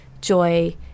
joy